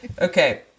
Okay